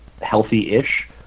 healthy-ish